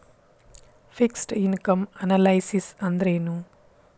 Fixed income analysis ಅಂದ್ರೆನು?